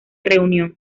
reunión